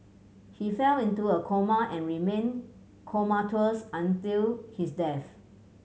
he fell into a coma and remained comatose until his death